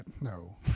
No